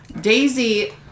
Daisy